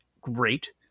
Great